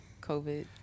COVID